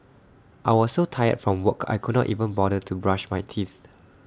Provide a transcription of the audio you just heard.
I was so tired from work I could not even bother to brush my teeth